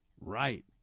right